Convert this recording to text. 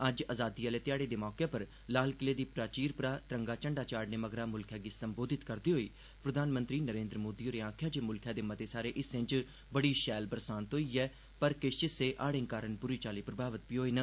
अज्ज आजादी आह्ले घ्याड़े दे मौके उप्पर लाल किले दी प्राचीर परा तिरंगा चंडा चाढ़ने मगरा मुल्ख गी संबोधित करदे होई प्रधानमंत्री नरेन्द्र मोदी होरें आखेआ जे मुल्खै दे मते सारे हिस्सें च बड़ी शैल बरसांत होई ऐ पर किश हिस्से हाड़ें कारण बुरी चाल्ली प्रभावत बी होए न